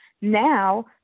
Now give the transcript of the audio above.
Now